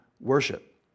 worship